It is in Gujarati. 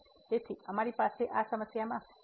તેથી અમારી પાસે આ સમસ્યામાં ∞∞ ફોર્મ છે